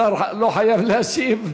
השר לא חייב להשיב,